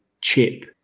chip